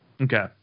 Okay